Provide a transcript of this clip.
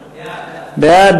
גפני,